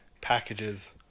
packages